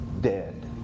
dead